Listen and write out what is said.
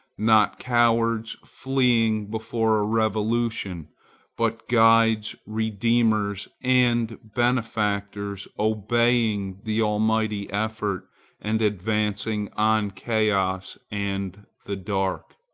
not cowards fleeing before a revolution but guides, redeemers and benefactors, obeying the almighty effort and advancing on chaos and the dark.